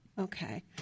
okay